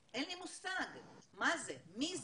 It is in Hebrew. אין לי מושג מה זה, מי זה,